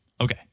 Okay